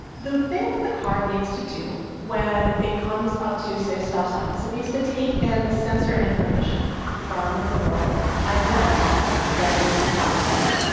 the thing that the car needs to do when it comes up to say a stop sign is it needs to take in sensor information from the world, identify that there's a stop sign,